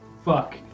Fuck